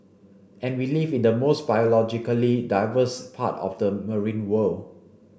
and we live in the most biologically diverse part of the marine world